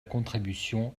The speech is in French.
contribution